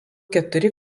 keturi